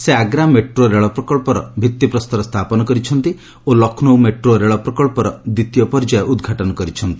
ସେ ଆଗ୍ରା ମେଟ୍ରୋ ରେଳପ୍ରକ୍ସର ଭିଭିପ୍ରସ୍ତର ସ୍ଥାପନ କରିଛନ୍ତି ଓ ଲକ୍ଷ୍ନୌ ମେଟ୍ରୋ ରେଳପ୍ରକ୍ସର ଦ୍ୱିତୀୟ ପର୍ଯ୍ୟାୟ ଉଦ୍ଘାଟନ କରିଛନ୍ତି